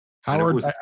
Howard